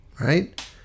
right